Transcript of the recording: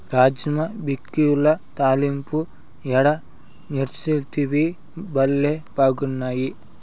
రాజ్మా బిక్యుల తాలింపు యాడ నేర్సితివి, బళ్లే బాగున్నాయి